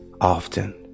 often